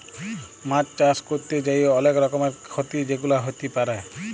মাছ চাষ ক্যরতে যাঁয়ে অলেক রকমের খ্যতি যেগুলা হ্যতে পারে